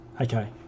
Okay